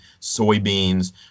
soybeans